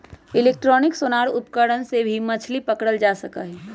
electronic sonar उपकरण से भी मछली पकड़ल जा सका हई